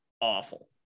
awful